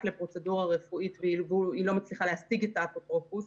לפרוצדורה רפואית והיא לא מצליחה להשיג את האפוטרופוס.